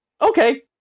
okay